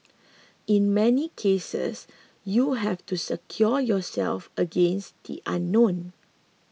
in many cases you have to secure yourself against the unknown